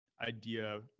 idea